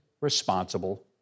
responsible